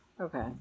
Okay